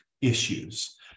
issues